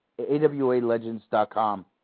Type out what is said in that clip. awalegends.com